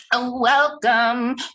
welcome